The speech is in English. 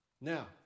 Now